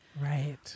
Right